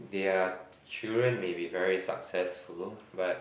their children may be very successful but